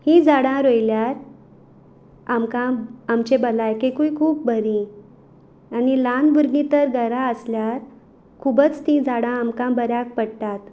हीं झाडां रोयल्यार आमकां आमचे भलायकेकूय खूब बरीं आनी ल्हान भुरगीं तर घरा आसल्यार खुबच तीं झाडां आमकां बऱ्याक पडटात